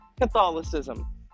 Catholicism